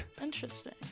interesting